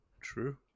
true